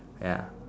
ya